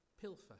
pilfer